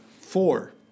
Four